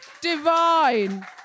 Divine